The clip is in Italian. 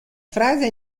frase